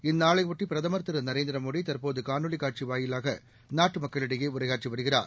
இந்நாளையொட்டி பிரதமர் திரு நரேந்திரமோடி இன்று காலை காணொலி காட்சி வாயிலாக நாட்டு மக்களிடையே உரையாற்றினார்